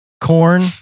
Corn